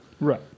Right